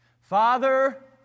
Father